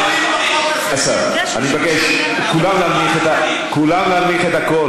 אני מבקש, כולם להנמיך את הקול.